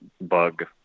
bug